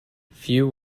few